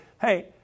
hey